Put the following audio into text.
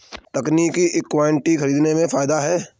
तकनीकी इक्विटी खरीदने में फ़ायदा है